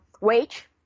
wage